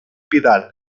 vidal